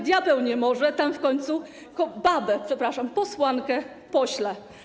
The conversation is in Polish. Gdzie diabeł nie może, tam w końcu babę, przepraszam, posłankę pośle.